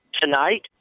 tonight